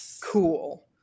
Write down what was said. cool